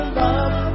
love